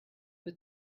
peu